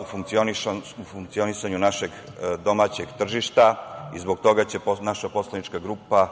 u funkcionisanju našeg domaćeg tržišta i zbog toga će naša poslanička grupa